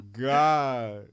God